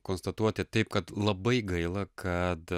konstatuoti taip kad labai gaila kad